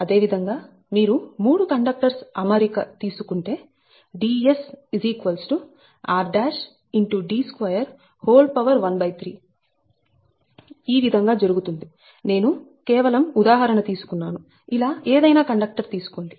అదేవిధంగా మీరు 3 కండక్టర్స్ అమరిక తీసుకుంటే Dsrd213 ఈ విధంగా జరుగుతుంది నేను కేవలం ఉదాహరణ తీసుకున్నాను ఇలా ఏదైనా కండక్టర్ తీసుకోండి